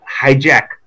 hijack